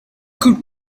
could